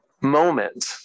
moment